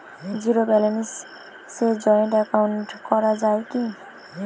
Zero ব্যালেন্সে joint account করা য়ায় কি?